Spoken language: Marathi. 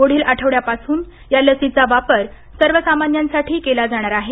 पुढील आठवड्यापासून या लसीचा वापर सर्वसामान्यांसाठी केला जाणार आहे